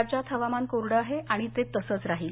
राज्यात हवामान कोरडं आहे आणि ते तसंच राहील